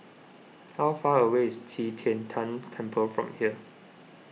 how far away is Qi Tian Tan Temple from here